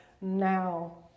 now